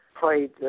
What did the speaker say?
played